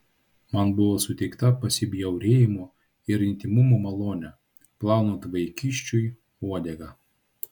man buvo suteikta pasibjaurėjimo ir intymumo malonė plaunant vaikiščiui uodegą